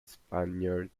spaniard